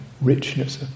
richness